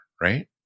Right